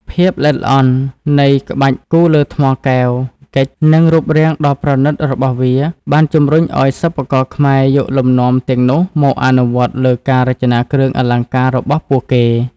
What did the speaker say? ភាពល្អិតល្អន់នៃក្បាច់គូរលើថ្មកែវ (ហ្គិច) និងរូបរាងដ៏ប្រណិតរបស់វា បានជម្រុញឱ្យសិប្បករខ្មែរយកលំនាំទាំងនោះមកអនុវត្តលើការរចនាគ្រឿងអលង្ការរបស់ពួកគេ។